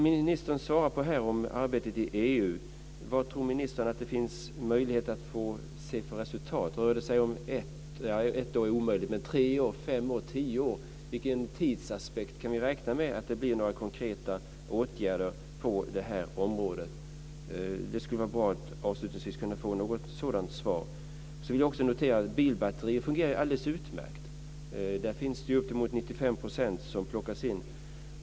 Vilka resultat tror ministern att det är möjligt att uppnå när det gäller arbetet i EU? Rör det sig om ett år, vilket nog är omöjligt, tre år, fem år eller tio år? Vilken tid kan vi räkna med att det tar innan det vidtas några konkreta åtgärder på detta område? Det skulle vara bra att avslutningsvis få ett sådant svar. Jag vill också notera att det fungerar alldeles utmärkt när det gäller bilbatterier. Upp till 95 % plockas in.